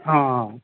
অঁ